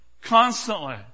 constantly